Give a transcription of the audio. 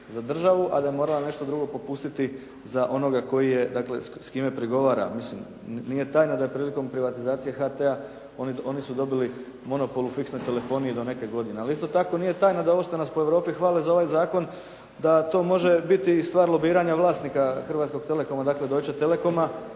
za državu a da je morala nešto drugo popustiti za onoga s kime pregovora. Nije tajna da je prilikom privatizacije HT-a oni su dobili monopol u fiksnoj telefoniji do neke godine, ali isto tako nije tajna da ovo što nas po Europi hvale za ovaj zakon da to može biti i stvar lobiranja vlasnika Hrvatskog Telekoma, dakle Deutsche Telekoma